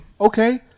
okay